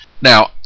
Now